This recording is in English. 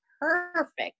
perfect